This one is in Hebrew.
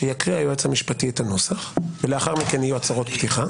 שהיועץ המשפטי יקריא את הנוסח ולאחר מכן יהיו הצהרות פתיחה,